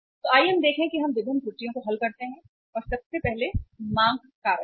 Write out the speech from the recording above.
तो आइए हम देखें कि हम विभिन्न त्रुटियों को हल करते हैं और सबसे पहले मांग कारक है